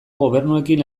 gobernuekin